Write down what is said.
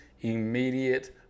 immediate